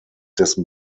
dessen